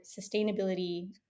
sustainability